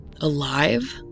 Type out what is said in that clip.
Alive